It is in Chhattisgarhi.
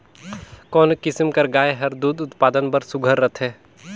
कोन किसम कर गाय हर दूध उत्पादन बर सुघ्घर रथे?